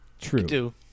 true